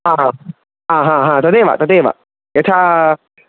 हा हा हा तदेव यथा